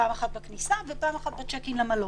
פעם אחת בכניסה ופעם אחת בצ'ק אין במלון,